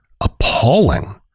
appalling